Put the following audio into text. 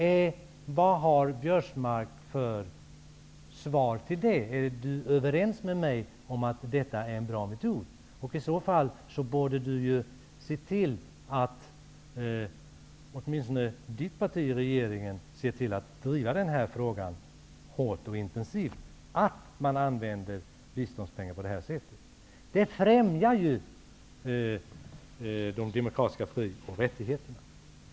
Är Karl Göran Biörsmark överens med mig om att detta är en bra metod? I så fall borde han se till att åtminstone hans parti i regeringen hårt och intensivt driver frågan att man skall använda biståndspengar på detta sätt. Det främjar de demokratiska fri och rättigheterna.